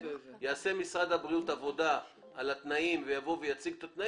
יעשה משרד הבריאות עבודה על התנאים ויבוא ויציג אותם.